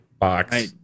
box